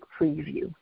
preview